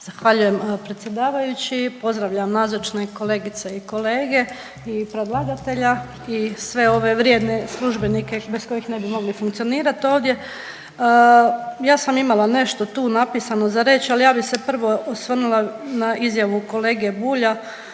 Zahvaljujem predsjedavajući. Pozdravljam nazočne kolegice i kolege i predlagatelja i sve ove vrijedne službenike bez kojih ne bi mogli funkcionirat ovdje. Ja sam imala nešto tu napisano za reć, al ja bi se prvo osvrnula na izjavu kolege Bulja